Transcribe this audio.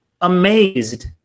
amazed